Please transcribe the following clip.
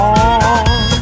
on